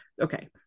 okay